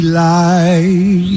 light